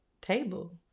table